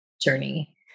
journey